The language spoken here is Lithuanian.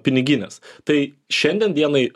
pinigines tai šiandien dienai